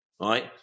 right